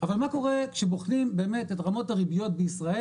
אבל מה קורה כשבוחנים את רמות הריביות בישראל